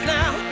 now